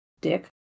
Dick